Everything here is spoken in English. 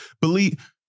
Believe